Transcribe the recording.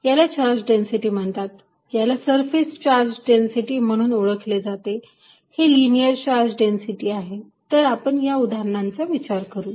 याला charge density म्हणतात याला सरफेस चार्ज डेन्सिटी म्हणून ओळखले जाते हे लिनियर चार्ज डेन्सिटी आहे तर आपण या उदाहरणांचा विचार करू